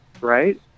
right